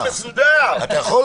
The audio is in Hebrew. אני אומר לכם,